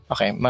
Okay